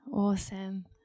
awesome